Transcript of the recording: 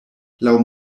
laŭ